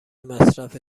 مصرف